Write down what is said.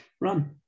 run